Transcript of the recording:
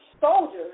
soldiers